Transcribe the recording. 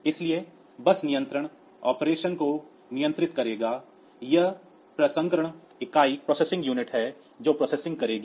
इसलिए बस नियंत्रण ऑपरेशन को नियंत्रित करेगा यह प्रसंस्करण इकाई है जो प्रसंस्करण करेगी